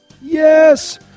Yes